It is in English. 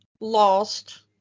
lost